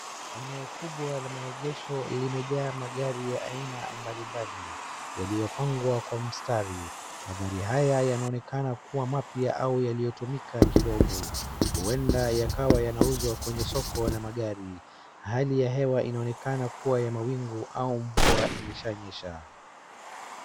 Eneo kubwa la maegesho limejaa magari ya aina mbalimbali yaliyopangwa kwa mstari. Magari haya yanaonekana kuwa mapya au yaliyotumika kidogo. Huenda yakawa yanauzwa kwenye soko la magari. Hali ya hewa inaonekana kuwa ya mawingu au mvua imeshaa nyesha.